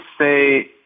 say